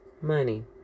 money